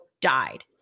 died